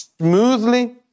smoothly